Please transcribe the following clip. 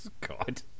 God